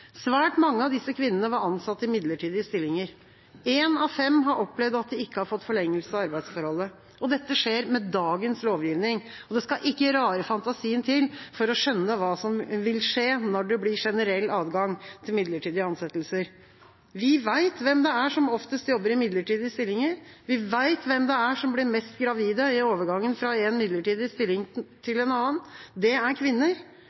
Svært mange av disse kvinnene var ansatt i midlertidige stillinger. Én av fem har opplevd at de ikke har fått forlengelse av arbeidsforholdet. Dette skjer med dagens lovgivning. Det skal ikke rare fantasien til for å skjønne hva som vil skje når det blir generell adgang til midlertidige ansettelser. Vi vet hvem det er som oftest jobber i midlertidige stillinger. Vi vet hvem det er som oftest blir gravide i overgangen fra en midlertidig stilling til en annen. Det er kvinner.